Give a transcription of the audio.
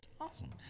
awesome